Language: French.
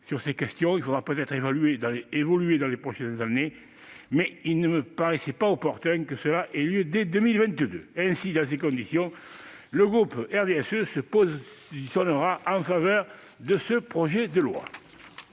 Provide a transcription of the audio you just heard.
Sur ces questions, il faudra peut-être évoluer dans les prochaines années, mais il ne paraissait pas opportun que cela ait lieu dès 2022. Dans ces conditions, le groupe du RDSE votera les conclusions de la